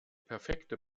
perfekte